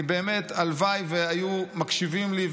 הלוואי שהיו מקשיבים לי,